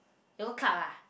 you go club ah